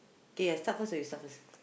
k I start first or you start first